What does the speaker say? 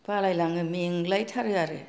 बालायलाङो मेंलाय थारो आरो